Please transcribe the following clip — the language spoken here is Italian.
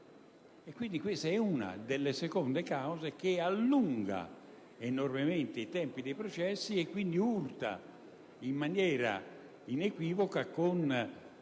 Questa è una delle seconde cause che allunga enormemente i tempi dei processi e quindi urta in maniera inequivoca, oltre